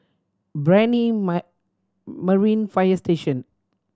Brani Marine Fire Station